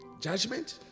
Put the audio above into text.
judgment